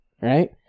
right